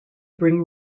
bring